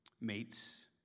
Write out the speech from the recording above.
mates